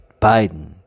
Biden